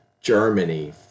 germany